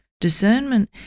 Discernment